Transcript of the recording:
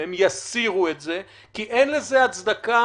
הם יסירו את זה כי אין לזה הצדקה.